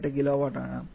18kW ആണ്